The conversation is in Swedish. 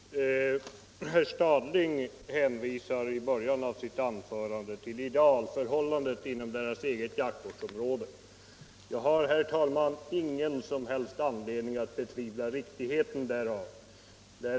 Herr talman! Herr Stadling hänvisade i början av sitt anförande till idealförhållandet inom hans eget jaktvårdsområde. Jag har, herr talman, ingen som helst anledning att betvivla riktigheten i vad herr Stadling säger.